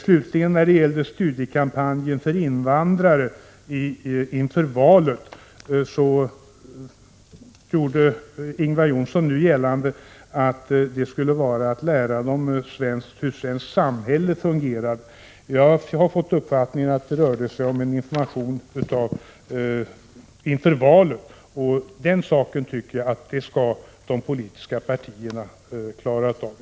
Slutligen: När det gäller studiekampanjen för invandrare inför valet gjorde Ingvar Johnsson nu gällande att den skulle gå ut på att lära invandrarna hur det svenska samhället fungerar. Jag har fått uppfattningen att det rör sig om en information inför valet. Den saken tycker jag att de politiska partierna skall klara av.